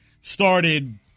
started